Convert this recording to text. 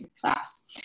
class